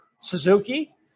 Suzuki